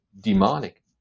demonic